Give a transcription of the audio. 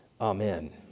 amen